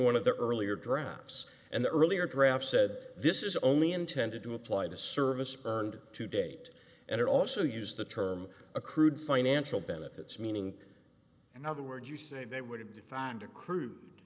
one of the earlier drafts and the earlier draft said this is only intended to apply to service burned to date and it also used the term accrued financial benefits meaning and other words you say they would have defined a crude